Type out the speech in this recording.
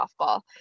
softball